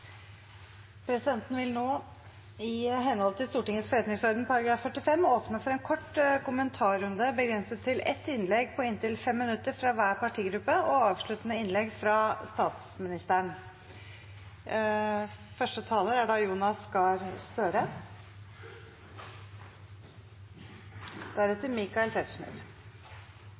Presidenten vil nå i henhold til Stortingets forretningsorden § 45 åpne for en kort kommentarrunde begrenset til ett innlegg på inntil 5 minutter fra hver partigruppe og avsluttende innlegg fra statsministeren.